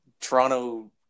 Toronto